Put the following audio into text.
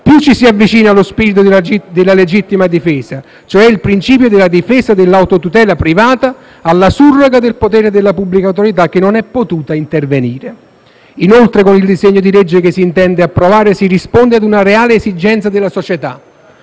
più ci si avvicina allo spirito della legittima difesa, cioè il principio della difesa e della autotutela privata in surroga del potere della pubblica autorità che non è potuta intervenire. Inoltre, con il disegno di legge che si intende approvare si risponde ad una reale esigenza della società,